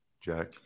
Jack